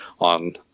on